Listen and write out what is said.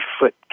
foot